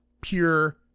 pure